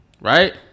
right